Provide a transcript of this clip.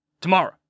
Tomorrow